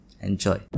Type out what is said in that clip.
Enjoy